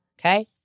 Okay